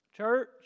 Church